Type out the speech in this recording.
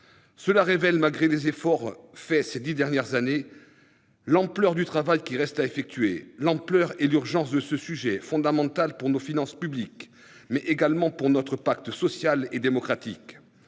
Cela révèle, malgré les efforts faits ces dix dernières années, l'ampleur du travail qui reste à effectuer et l'urgence que constitue ce problème fondamental pour nos finances publiques, mais aussi pour notre pacte social et démocratique.